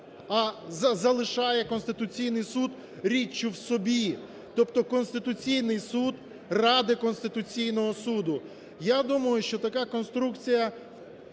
а залишає Конституційний Суд річчю в собі, тобто Конституційний Суд – ради Конституційного Суду. Я думаю, що така конструкція